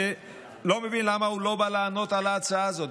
שאני לא מבין למה הוא לא בא לענות על ההצעה הזאת,